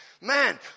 Man